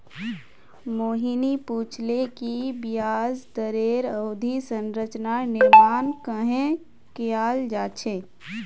मोहिनी पूछले कि ब्याज दरेर अवधि संरचनार निर्माण कँहे कियाल जा छे